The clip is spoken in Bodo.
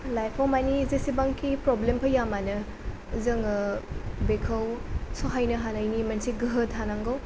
लाइफाव माने जेसेबांखि प्रब्लेम फैया मानो जोङो बेखौ सहायनो हानायनि मोनसे गोहो थानांगौ